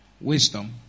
wisdom